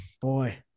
boy